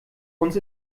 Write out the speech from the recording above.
uns